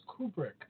Kubrick